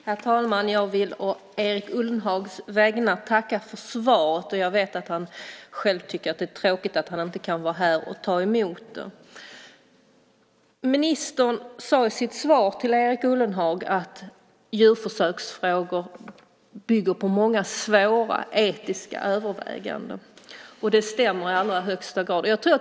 Herr talman! Jag vill å Erik Ullenhags vägnar tacka för svaret. Jag vet att han själv tycker att det är tråkigt att han inte kan vara här och ta emot det. Ministern sade i sitt svar till Erik Ullenhag att djurförsöksfrågor bygger på många svåra etiska överväganden. Det stämmer i allra högsta grad.